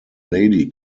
lady